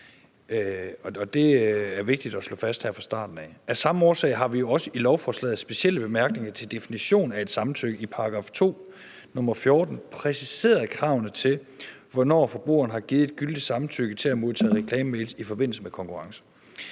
det er vigtigt at slå fast her fra starten. Af samme årsag har vi jo også i lovforslagets specielle bemærkninger til definitionen af et samtykke i § 2, nr. 14, præciseret kravene til, hvornår forbrugeren har givet et gyldigt samtykke til at modtage reklamemails i forbindelse med konkurrencer.